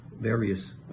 various